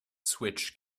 switch